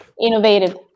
innovative